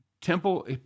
Temple